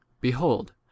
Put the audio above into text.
behold